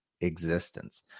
existence